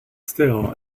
still